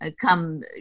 come